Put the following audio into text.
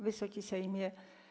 Wysoki Sejmie!